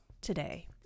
today